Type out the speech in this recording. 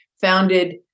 founded